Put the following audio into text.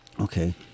Okay